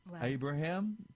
Abraham